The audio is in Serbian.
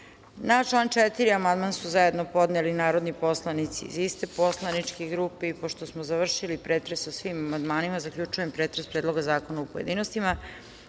član 4. amandman su zajedno podneli narodni poslanici iste poslaničke grupe. Pošto smo završili pretres o svim amandmanima, zaključujem pretres Predloga zakona u pojedinostima. Pošto